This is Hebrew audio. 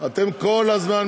אתם כל הזמן,